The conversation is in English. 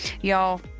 y'all